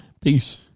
Peace